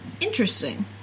Interesting